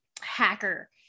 hacker